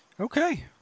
Okay